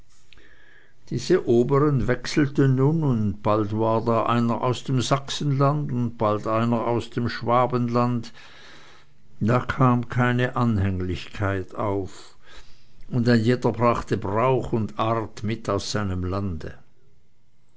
diese obern wechselten nun und bald war einer da aus dem sachsenland und bald einer aus dem schwabenland da kam keine anhänglichkeit auf und ein jeder brachte brauch und art mit aus seinem lande